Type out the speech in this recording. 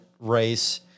race